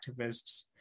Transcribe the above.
activists